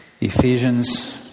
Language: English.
Ephesians